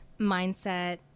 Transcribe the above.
mindset